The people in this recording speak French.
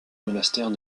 monastère